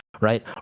right